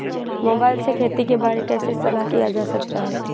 Mobile से खेती के बारे कैसे सलाह लिया जा सकता है?